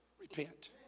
repent